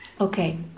Okay